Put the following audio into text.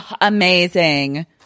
Amazing